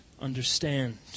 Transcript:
understand